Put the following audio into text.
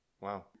Wow